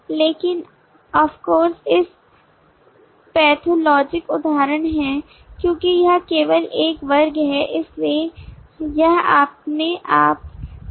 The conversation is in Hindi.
कंपनी ऑफ कोर्स एक पैथोलॉजिकल उदाहरण है क्योंकि यह केवल एक वर्ग है इसलिए यह अपने आप से सुसंगत है